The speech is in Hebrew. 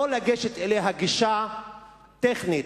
לא לגשת אליה בגישה טכנית,